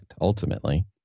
ultimately